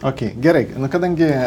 okey gerai na kadangi